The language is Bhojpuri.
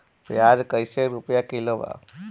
प्याज कइसे रुपया किलो बा?